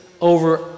over